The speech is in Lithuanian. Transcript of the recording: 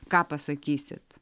ką pasakysit